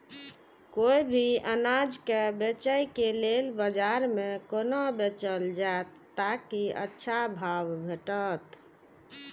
कोय भी अनाज के बेचै के लेल बाजार में कोना बेचल जाएत ताकि अच्छा भाव भेटत?